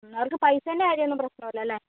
അവർക്ക് പൈസേൻറ്റ കാര്യം ഒന്നും പ്രശ്നം ഇല്ലല്ലേ